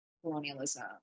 colonialism